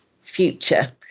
future